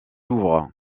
louvre